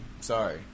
Sorry